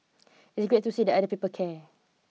it's great to see that other people care